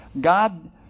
God